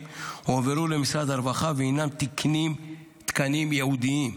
הועברו למשרד הרווחה והינם תקנים ייעודיים.